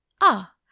Ah